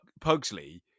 Pugsley